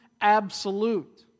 absolute